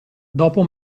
dopo